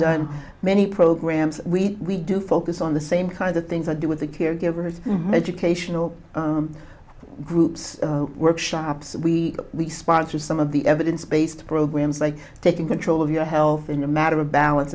done many programs we do focus on the same kind of things i do with the caregivers educational groups workshops we sponsor some of the evidence based programs like taking control of your health in a matter of balance